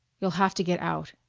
you'll have to get out,